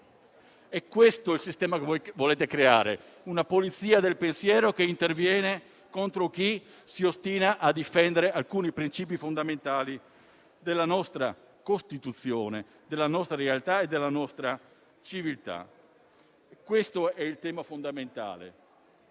È questo il sistema che volete creare: una polizia del pensiero che interviene contro chi si ostina a difendere alcuni princìpi fondamentali della nostra Costituzione, della nostra realtà e della nostra civiltà. Questo è il tema fondamentale